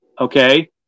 okay